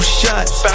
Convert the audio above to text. shots